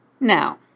Now